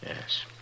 Yes